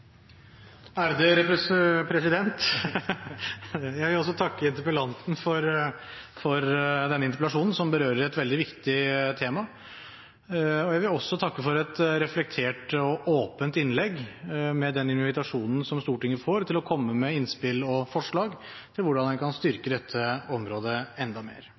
Jeg vil takke interpellanten for denne interpellasjonen, som berører et veldig viktig tema. Jeg vil også takke for et reflektert og åpent innlegg, med den invitasjonen som Stortinget får til å komme med innspill og forslag til hvordan en kan styrke dette området enda mer.